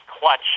clutch